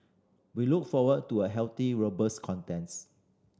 we look forward to a healthy robust contest